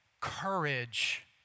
courage